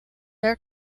her